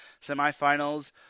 semifinals